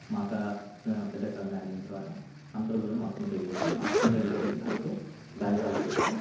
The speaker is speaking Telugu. మా అక్క మా పెద్దక్క మ్యారేజయిన తర్వాత అంతలో కూడాను మాకు సొంత ఇల్లు లేదు ఆ సొంత ఇల్లు లేకపోయినా అప్పుడు దానిమీద ఆలోచిస్తూ